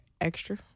extra